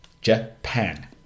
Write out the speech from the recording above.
japan